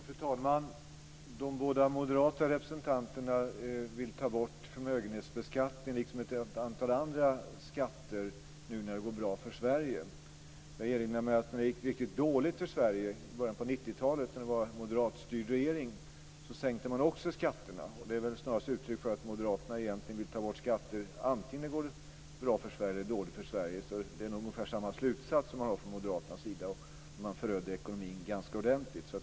Fru talman! De båda moderata representanterna vill ta bort förmögenhetsbeskattningen liksom ett antal andra skatter nu när det går bra för Sverige. Jag erinrar mig att när det gick riktigt dåligt för Sverige i början av 90-talet, när det var en moderatstyrd regering, så sänkte man också skatterna. Det är väl snarast uttryck för att moderaterna egentligen vill ta bort skatter vare sig det går bra eller dåligt för Sverige. Det är nog ungefär samma slutsats som man drog från moderaternas sida då man förödde ekonomin ganska ordentligt.